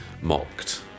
mocked